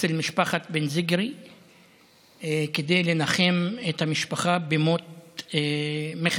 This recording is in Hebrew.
אצל משפחת בן זיקרי כדי לנחם את המשפחה במות מיכאל,